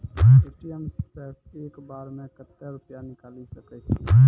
ATM सऽ एक बार म कत्तेक रुपिया निकालि सकै छियै?